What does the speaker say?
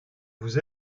vous